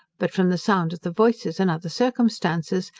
but from the sound of the voices and other circumstances,